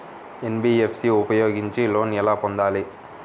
NBFC ఉపయోగించి loan ఎలా పొందాలి?